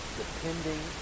depending